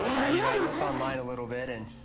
ah you know i looked online a little bit. and